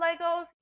Legos